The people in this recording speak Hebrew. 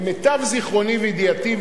למיטב זיכרוני וידיעתי,